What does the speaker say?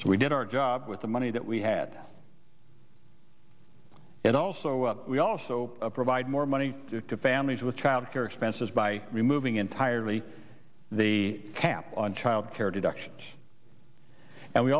so we did our job with the money that we had and also we also provide more money to families with childcare expenses by removing entirely the cap on childcare deductions and we